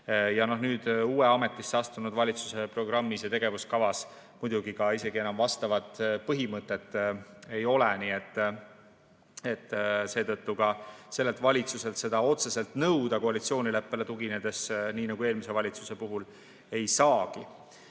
Nüüd, uue, ametisse astunud valitsuse programmis ja tegevuskavas muidugi ka enam vastavat põhimõtet ei ole. Seetõttu sellelt valitsuselt seda otseselt koalitsioonileppele tuginedes nõuda, nii nagu eelmise valitsuse puhul, ei saagi.